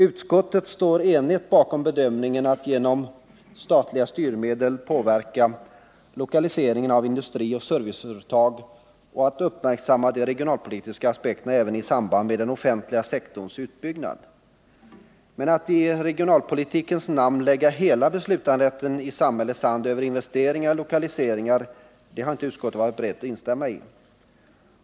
Utskottet står enigt bakom bedömningen att genom statliga styrmedel påverka lokaliseringen av industrioch serviceföretag och att uppmärksamma de regionalpolitiska aspekterna även i samband med den offentliga sektorns utbyggnad. Men att i regionalpolitikens namn lägga hela beslutanderätten i samhällets hand över investeringar och lokaliseringar, det har inte utskottet varit berett att instämma i.